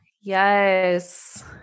Yes